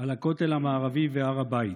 על הכותל המערבי והר הבית.